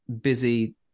busy